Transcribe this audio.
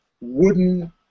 wooden